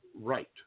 right